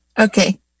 Okay